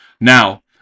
Now